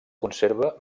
conserva